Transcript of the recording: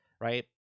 right